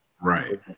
Right